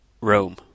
Rome